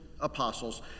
apostles